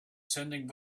sending